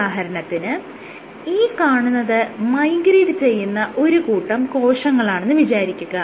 ഉദാഹരണത്തിന് ഈ കാണുന്നത് മൈഗ്രേറ്റ് ചെയ്യുന്ന ഒരു കൂട്ടം കോശങ്ങളാണെന്ന് വിചാരിക്കുക